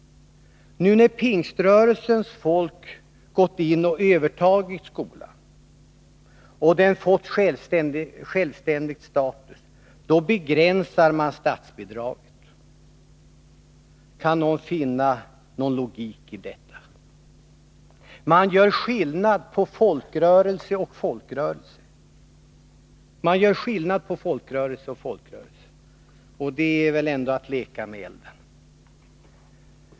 Nu när Pingströrelsens folk övertagit skolan och den fått självständig status, då begränsar man statsbidraget. Kan någon finna någon logik i detta? Man gör skillnad på folkrörelse och folkrörelse — och det är väl ändå att leka med elden.